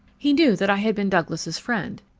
he knew that i had been douglas' friend.